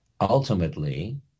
ultimately